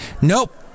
Nope